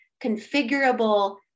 configurable